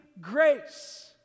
grace